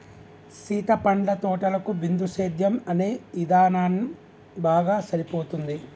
సీత పండ్ల తోటలకు బిందుసేద్యం అనే ఇధానం బాగా సరిపోతుంది